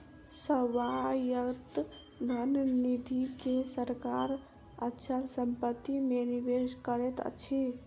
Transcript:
स्वायत्त धन निधि के सरकार अचल संपत्ति मे निवेश करैत अछि